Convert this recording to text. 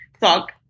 talk